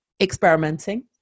experimenting